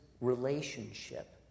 relationship